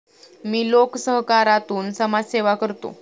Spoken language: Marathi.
मी लोकसहकारातून समाजसेवा करतो